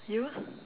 you eh